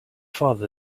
father